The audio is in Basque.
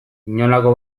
inolako